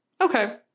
okay